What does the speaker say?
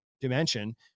dimension